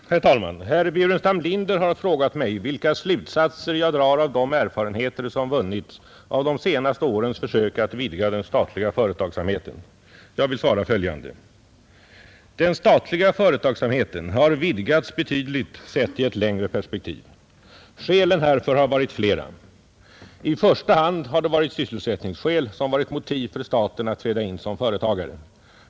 Herr talman! Herr Burenstam Linder har frågat mig vilka slutsatser jag drar av de erfarenheter som vunnits av de senaste årens försök att vidga den statliga företagsamheten. Jag vill svara följande. Den statliga företagsamheten har vidgats betydligt, sett i ett längre perspektiv. Skälen härför har varit flera. I första hand har det varit sysselsättningsskäl som varit motiv för staten att träda in som företagare.